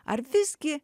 ar visgi